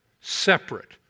separate